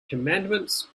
commandments